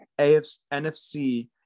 NFC